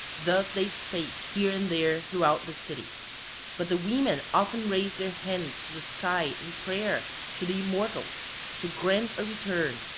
thus they spake here and there throughout the city but the women often raised their hands to the sky in prayer to the immortals to grant a return,